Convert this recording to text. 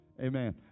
amen